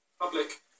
public